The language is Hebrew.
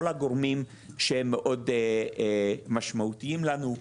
כל הגורמים שהם מאוד משמעותיים לנו.